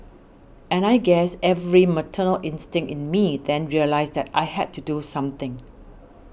and I guess every maternal instinct in me then realised that I had to do something